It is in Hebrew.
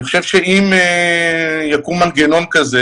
אני חושב שאם יקום מנגנון כזה